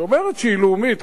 אני יכול להתווכח על זה?